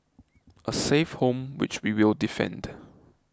a safe home which we will defend